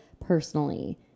personally